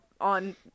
on